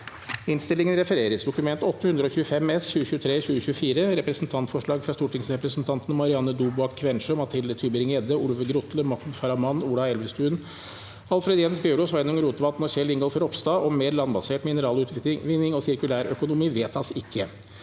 følgende v e d t a k : Dokument 8:125 S (2023–2024) – Representantforslag fra stortingsrepresentantene Marianne Dobak Kvensjø, Mathilde Tybring-Gjedde, Olve Grotle, Mahmoud Farahmand, Ola Elvestuen, Alfred Jens Bjørlo, Sveinung Rotevatn og Kjell Ingolf Ropstad om mer landbasert mineralutvinning og sirkulærøkonomi – vedtas ikke.